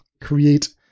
create